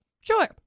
Sure